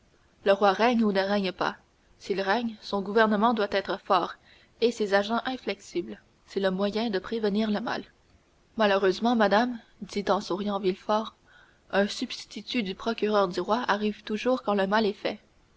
le roi règne ou ne règne pas s'il règne son gouvernement doit être fort et ses agents inflexibles c'est le moyen de prévenir le mal malheureusement madame dit en souriant villefort un substitut du procureur du roi arrive toujours quand le mal est fait